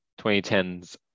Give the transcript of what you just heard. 2010s